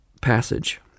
passage